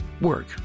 work